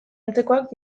antzekoak